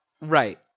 Right